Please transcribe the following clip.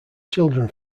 children